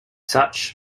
such